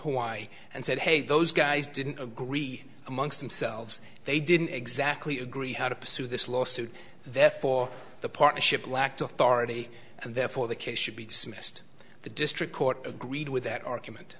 hawaii and said hey those guys didn't agree amongst themselves they didn't exactly agree how to pursue this lawsuit therefore the partnership black to authority and therefore the case should be dismissed the district court agreed with that argument